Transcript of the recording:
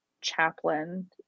chaplain